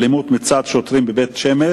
אלימות שוטרים כלפי קטין בבית-שמש.